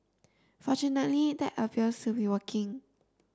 fortunately that appears to be working